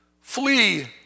Flee